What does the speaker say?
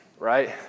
right